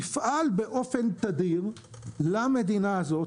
יפעל באופן תדיר למדינה הזאת.